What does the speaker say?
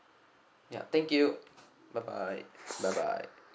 ya thank you bye bye bye bye